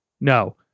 No